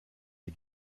die